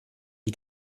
die